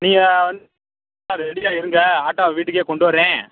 நீங்கள் வந் ரெடியாக இருங்க ஆட்டோவை வீட்டுக்கே கொண்டு வரேன்